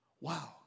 Wow